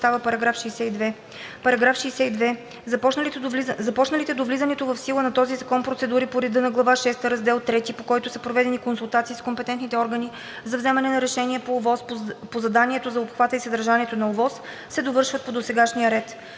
§ 62: „§ 62. Започналите до влизането в сила на този закон процедури по реда на глава шеста, раздел III, по които са проведени консултации с компетентните органи за вземане на решение по ОВОС по заданието за обхвата и съдържанието на ОВОС, се довършват по досегашния ред.“